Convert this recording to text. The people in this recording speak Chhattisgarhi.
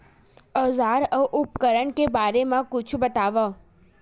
औजार अउ उपकरण के बारे मा कुछु बतावव?